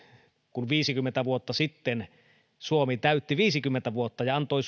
kun viisikymmentä vuotta sitten suomi täytti viisikymmentä vuotta ja eduskunta antoi